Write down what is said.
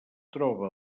troba